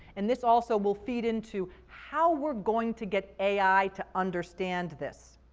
and this also will feed into how we're going to get ai to understand this.